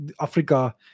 Africa